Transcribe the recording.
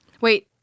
Wait